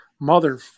mother